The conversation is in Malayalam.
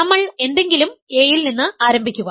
നമ്മൾ എന്തെങ്കിലും A ഇൽ നിന്ന് ആരംഭിക്കുക